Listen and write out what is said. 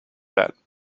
that